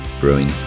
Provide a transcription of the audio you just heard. brewing